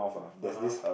(uh huh)